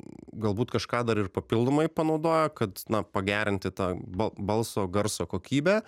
galbūt kažką dar ir papildomai panaudojo kad na pagerinti tą ba balso garso kokybę